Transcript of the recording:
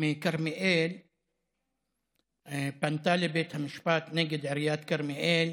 מכרמיאל פנתה לבית המשפט נגד עיריית כרמיאל